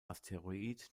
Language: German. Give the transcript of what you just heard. asteroid